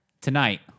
Tonight